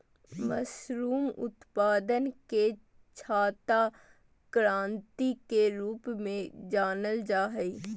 mushroom उत्पादन के छाता क्रान्ति के रूप में जानल जाय हइ